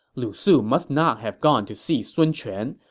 lu su must not have gone to see sun quan,